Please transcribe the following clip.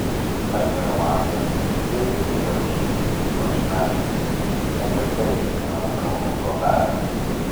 atveria langą girdi brizą aukštuose spygliuočių medžiuose net ir tai jai primena kalnų trobelę